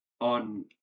On